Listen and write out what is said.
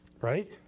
Right